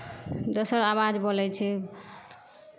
दोसर आवाज बोलै छै